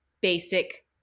basic